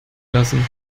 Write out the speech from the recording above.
lassen